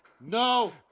No